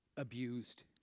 Abused